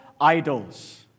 idols